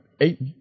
eight